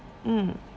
mm